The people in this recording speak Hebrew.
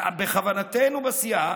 בכוונתנו בסיעה